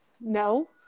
No